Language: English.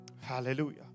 Hallelujah